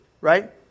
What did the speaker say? right